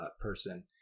person